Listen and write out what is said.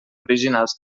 originals